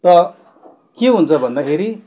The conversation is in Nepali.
त के हुन्छ भन्दाखेरि